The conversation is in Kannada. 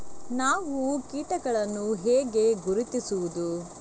ನಾವು ಕೀಟಗಳನ್ನು ಹೇಗೆ ಗುರುತಿಸುವುದು?